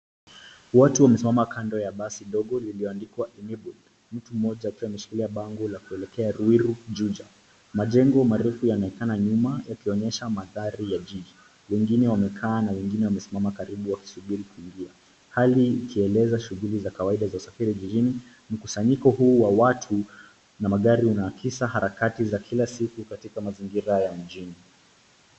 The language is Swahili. Watu wamesimama kando ya basi ndogo lililoandikwa Enabled ; mtu mmoja akiwa ameshikilia bango la kuelekea Ruiru, Juja. Majengo marefu yanaonekana nyuma yakionyesha mandhari ya jiji. Wengine wamekaa na wengine wamesimama karibu wakisubiri kuingia; hali ikieleza shughuli za kawaida za safari jijini. Mkusanyiko huu wa watu na magari unaakisi harakati za watu za kila siku katika mazingira ya mjini.